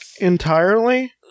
entirely